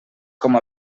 com